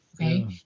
Okay